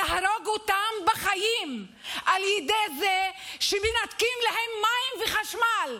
להרוג אותם בחיים על ידי זה שמנתקים להם מים וחשמל.